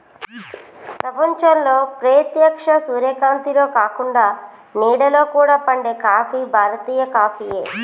ప్రపంచంలో ప్రేత్యక్ష సూర్యకాంతిలో కాకుండ నీడలో కూడా పండే కాఫీ భారతీయ కాఫీయే